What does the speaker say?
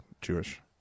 Jewish